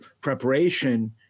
preparation